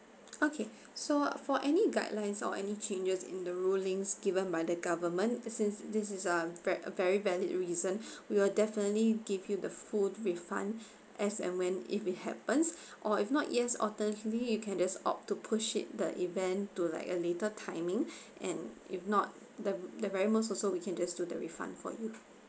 okay so for any guidelines or any changes in the rulings given by the government since this is a ve~ very valid reason we will definitely give you the food refund as and when if it happens or if not yes alternatively you can just opt to push it the event to like a later timing and if not the the very most also we can just do the refund for you